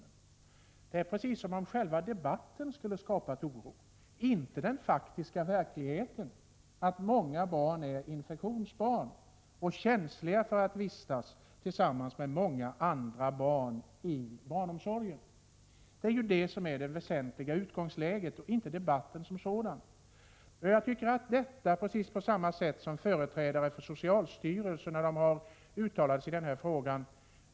Det verkar som om man ville ge intrycket att själva debatten skulle ha skapat oron, inte den faktiska verkligheten, dvs. att många barn är infektionsbarn och alltså har svårigheter när det gäller att vistas tillsammans med många andra barn i barnomsorgen. Detta är dock det väsentliga utgångsläget, inte debatten som sådan. Jag tycker att detta är ett sätt att smita undan, liksom också företrädare för socialstyrelsen har gjort när de har uttalat sig i denna fråga.